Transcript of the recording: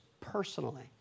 personally